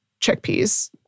chickpeas